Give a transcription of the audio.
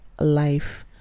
life